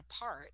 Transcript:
apart